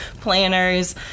planners